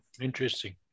Interesting